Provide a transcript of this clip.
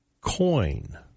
coin